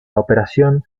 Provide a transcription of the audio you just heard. operación